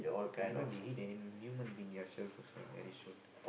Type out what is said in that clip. even they eat any human being themselves lah